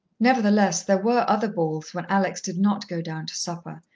nevertheless, there were other balls when alex did not go down to supper,